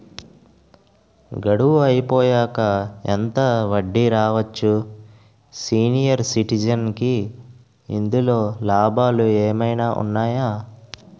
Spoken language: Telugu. గడువు అయిపోయాక ఎంత వడ్డీ రావచ్చు? సీనియర్ సిటిజెన్ కి ఇందులో లాభాలు ఏమైనా ఉన్నాయా?